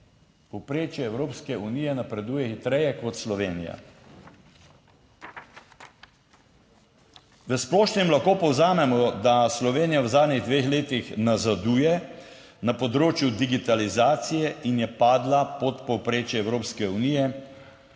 Povprečje Evropske unije napreduje hitreje kot Slovenija. V splošnem lahko povzamemo, da Slovenija v zadnjih dveh letih nazaduje na področju digitalizacije in je padla pod povprečje Evropske unije.